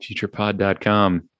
FuturePod.com